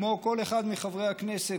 כמו כל אחד מחברי הכנסת,